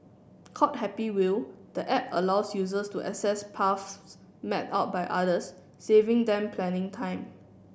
called Happy Wheel the app allows users to access paths map out by others saving them planning time